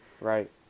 Right